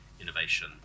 innovation